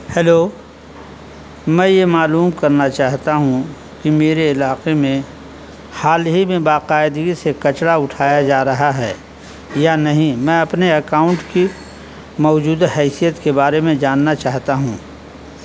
hello میں یہ معلوم کرنا چاہتا ہوں کہ میرے علاقے میں حال ہی میں باقاعدگی سے کچرا اٹھایا جا رہا ہے یا نہیں میں اپنے اکاؤنٹ کی موجودہ حیثیت کے بارے میں جاننا چاہتا ہوں